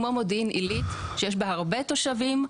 כמו מודיעין עילית שיש בה הרבה תושבים,